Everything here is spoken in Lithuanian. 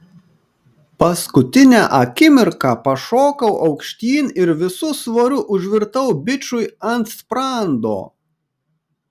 paskutinę akimirką pašokau aukštyn ir visu svoriu užvirtau bičui ant sprando